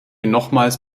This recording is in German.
nochmals